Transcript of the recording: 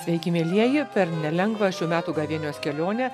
sveiki mielieji per nelengvą šių metų gavėnios kelionę